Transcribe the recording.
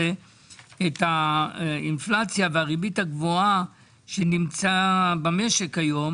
את האינפלציה והריבית הגבוהה שבמשק כיום.